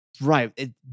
Right